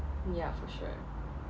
ya for sure